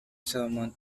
summoned